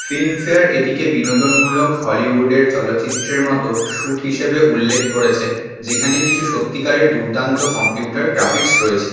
Filmfare এটিকে বিনোদনমূলক হলিউডের চলচ্চিত্রের মতো শ্যুট হিসাবে উল্লেখ করেছে যেখানে কিছু সত্যিকারের দুর্দান্ত কম্পিউটার গ্রাফিক্স রয়েছে